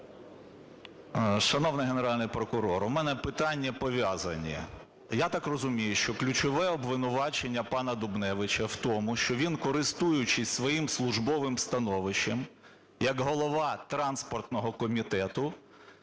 Шановний Генеральний прокурор! У мене питання пов'язані. Я так розумію, що ключове обвинувачення пана Дубневича в тому, що він, користуючись своїм службовим становищем як голова транспортного комітету,